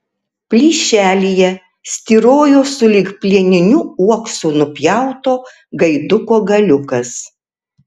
plyšelyje styrojo sulig plieniniu uoksu nupjauto gaiduko galiukas